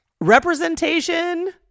Representation